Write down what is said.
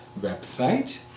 website